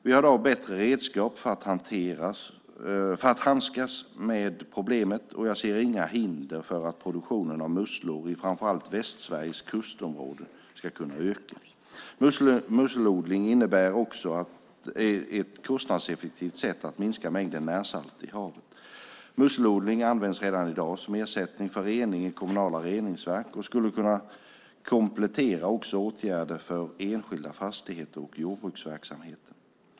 Vi har i dag bättre redskap för att handskas med problemet och jag ser inga hinder för att produktionen av musslor i framför allt Västsveriges kustområden ska kunna öka. Musselodling utgör också ett kostnadseffektivt sätt att minska mängderna närsalter i havet. Musselodling används redan i dag som ersättning för rening i kommunala reningsverk och skulle kunna komplettera också åtgärder för enskilda fastigheter och jordbruksverksamheter.